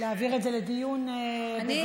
להעביר את זה לדיון בוועדה.